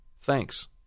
Thanks